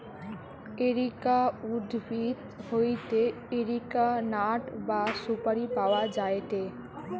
areca উদ্ভিদ হইতে areca nut বা সুপারি পাওয়া যায়টে